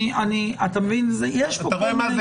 אתה רואה מה זה?